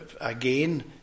again